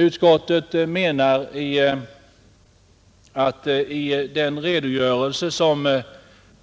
Utskottet menar att frågan om fasta lärartjänster bör bli belysta i den redogörelse som